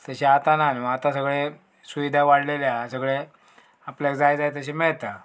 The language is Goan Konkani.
तशें आतां ना न्हू आतां सगळें सुविधा वाडलेल्या सगळें आपल्याक जाय जाय तशें मेता